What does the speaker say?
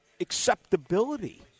acceptability